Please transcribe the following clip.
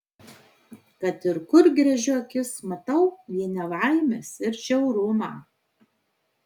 kad ir kur gręžiu akis matau vien nelaimes ir žiaurumą